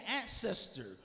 ancestor